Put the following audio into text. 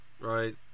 right